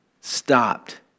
stopped